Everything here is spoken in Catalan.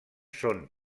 són